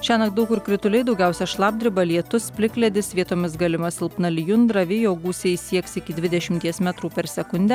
šiąnakt daug kur krituliai daugiausia šlapdriba lietus plikledis vietomis galima silpna lijundra vėjo gūsiai sieks iki dvidešimties metrų per sekundę